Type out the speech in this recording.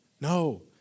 No